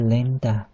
Linda